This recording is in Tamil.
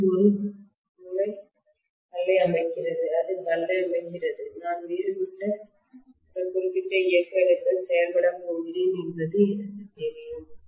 இது ஒரு முறை கல்லை அமைக்கிறது அது கல்லை அமைக்கிறது நான் வேறு சில குறிப்பிட்ட இயக்க இடத்தில் செயல்படப் போகிறேன் என்பது எனக்குத் தெரியும்